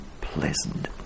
pleasant